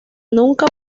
nunca